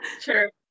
Sure